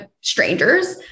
strangers